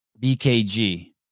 BKG